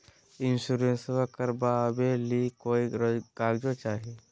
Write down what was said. इंसोरेंसबा करबा बे ली कोई कागजों चाही?